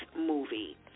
movie